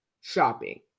shopping